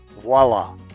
Voila